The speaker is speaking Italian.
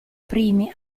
primi